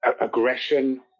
aggression